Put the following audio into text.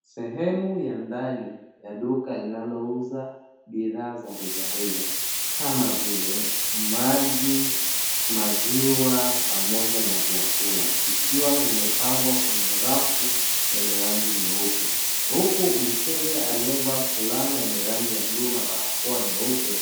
Sehemu ya ndani ya duka Iinalouza bidhaa za rejareja kama vile: maji, maziwa, pamoja na vyakula, vikiwa vimepangwa kwenye rafu yenye rangi nyeupe, huku mteja aliyevaa fulana yenye rangi ya bluu na barakoa nyeupe,